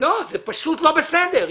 זה פשוט לא בסדר.